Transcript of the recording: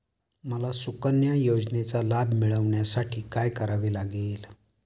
मला सुकन्या योजनेचा लाभ मिळवण्यासाठी काय करावे लागेल?